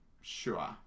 Sure